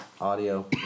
audio